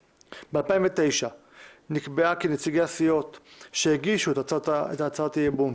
ב-2009 נקבע כי נציגי הסיעות שהגישו את הצעת האי-אמון